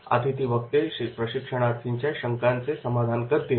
अतिथी वक्ते प्रशिक्षणार्थींच्या शंकांचे समाधान करतील